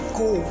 go